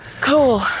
Cool